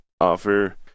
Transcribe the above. offer